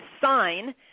sign